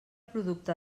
producte